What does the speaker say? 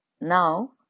Now